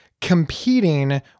competing